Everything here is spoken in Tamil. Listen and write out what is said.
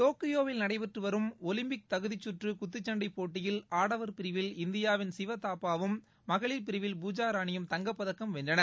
டோக்கியோவில் நடைபெற்றுவரும் ஒலிம்பிக் தகுதிகற்றுகுத்துச்சன்டைபோட்டியில் ஆடவர் பிரிவில் இந்தியாவின் சிவதாப்பாவும் மகளிர் பிரிவில் பூஜா ராணியும் தங்கப்பதக்கம் வென்றனர்